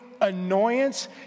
annoyance